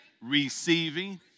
receiving